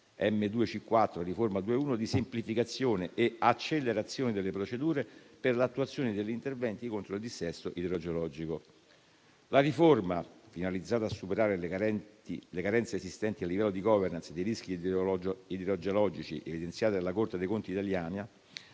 M2C4, riforma 2.1, di semplificazione e accelerazione delle procedure per l'attuazione degli interventi contro il dissesto idrogeologico. La riforma, finalizzata a superare le carenze esistenti a livello di *governance* dei rischi idrogeologici evidenziati dalla Corte dei conti italiana,